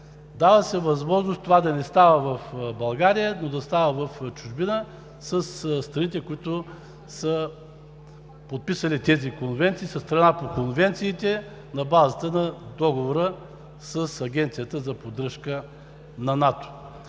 Дава се възможност това да не става в България, а да става в чужбина със страните, подписали тези конвенции, които са страна по конвенциите на базата на Договора с Агенцията за поддръжка на НАТО.